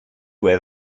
where